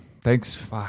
Thanks